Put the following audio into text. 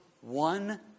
One